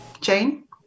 Jane